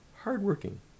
hardworking